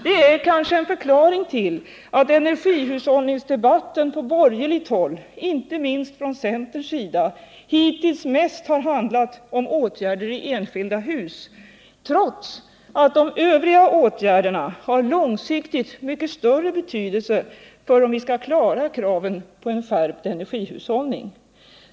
Det är kanske en förklaring till att energihushållningsdebatten på borgerligt håll, inte minst från centerns sida, hittills mest handlat om åtgärder i enskilda hus trots att de övriga åtgärderna långsiktigt har mycket större betydelse för om vi skall klara kraven på en skärpt energihushållning.